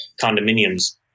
condominiums